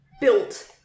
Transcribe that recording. built